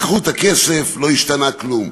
לקחו את הכסף, לא השתנה כלום.